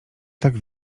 tak